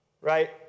right